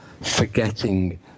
forgetting